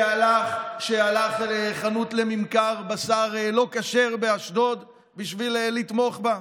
שהלך לחנות לממכר בשר לא כשר באשדוד בשביל לתמוך בה?